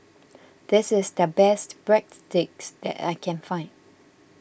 this is the best Breadsticks that I can find